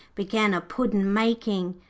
began a puddin' making.